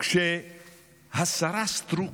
כשהשרה סטרוק,